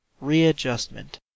readjustment